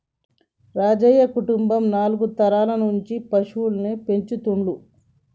రాజయ్య కుటుంబం నాలుగు తరాల నుంచి పశువుల్ని పెంచుతుండ్లు